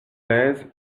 l’aise